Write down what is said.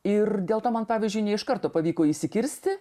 ir dėl to man pavyzdžiui ne iš karto pavyko įsikirsti